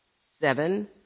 Seven